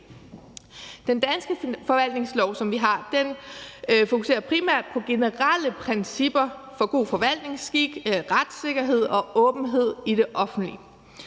Den danske forvaltningslov fokuserer primært på generelle principper for god forvaltningsskik, retssikkerhed og åbenhed i det offentlige.